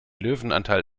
löwenanteil